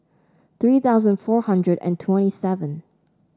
three thousand four hundred and twenty seven